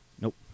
Nope